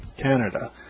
Canada